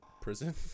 Prison